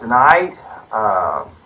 Tonight